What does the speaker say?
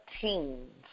teens